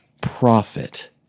profit